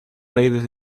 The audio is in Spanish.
redes